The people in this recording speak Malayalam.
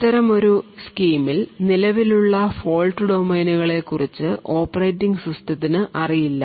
അത്തരമൊരു സ്കീമിൽ നിലവിലുള്ള ഫോൾട് ഡൊമെയ്നുകളെക്കുറിച്ച് ഓപ്പറേറ്റിംഗ് സിസ്റ്റത്തിന് അറിയില്ല